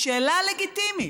היא שאלה לגיטימית,